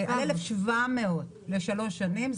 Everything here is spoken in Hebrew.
1,700 לשלוש שנים,